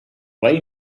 way